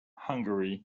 hungary